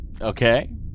Okay